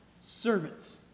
servants